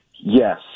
Yes